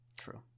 True